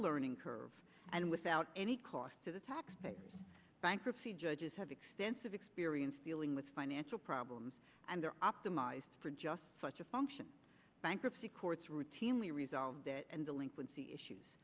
learning curve and without any cost to the taxpayer bankruptcy judges have extensive experience dealing with financial problems and they are optimized for just such a function bankruptcy courts routinely resolve and delinquency issues